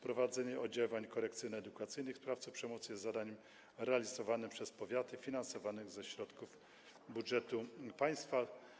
Prowadzenie oddziaływań korekcyjno-edukacyjnych sprawców przemocy jest zadaniem realizowanym przez powiaty i finansowanym ze środków budżetu państwa.